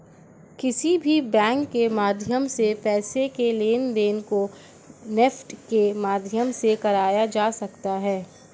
किसी भी बैंक के माध्यम से पैसे के लेनदेन को नेफ्ट के माध्यम से कराया जा सकता है